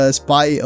spy